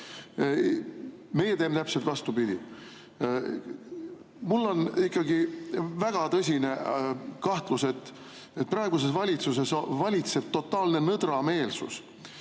Meie teeme täpselt vastupidi. Mul on ikkagi väga tõsine kahtlus, et praeguses valitsuses valitseb totaalne nõdrameelsus.